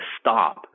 stop